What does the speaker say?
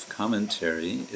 commentary